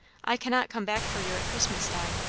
i cannot come back for you at christmas, di.